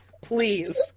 please